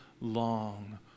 long